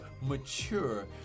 mature